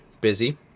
busy